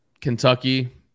Kentucky